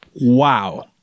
Wow